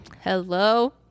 hello